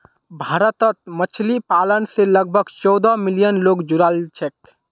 भारतत मछली पालन स लगभग चौदह मिलियन लोग जुड़ाल छेक